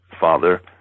father